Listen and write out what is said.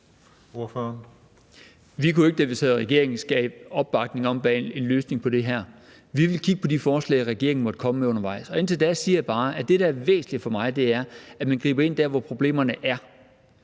Vi kunne ikke, da vi sad i regering, skabe opbakning til en løsning af det her. Vi vil kigge på de forslag, regeringen måtte komme med undervejs. Indtil da siger jeg bare, at det, der er væsentligt for mig, er, at man griber ind der, hvor problemerne er.